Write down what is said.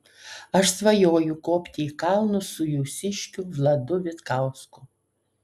aš svajoju kopti į kalnus su jūsiškiu vladu vitkausku